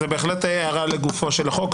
זו בהחלט הערה לגופו של החוק,